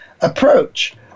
approach